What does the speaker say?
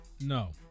No